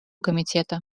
комитета